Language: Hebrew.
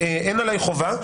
אין עלי חובה.